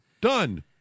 Done